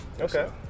Okay